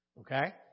Okay